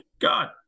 God